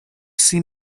seam